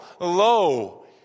Low